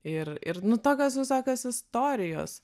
ir ir nu tokios visokios istorijos